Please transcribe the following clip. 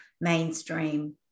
mainstream